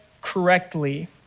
correctly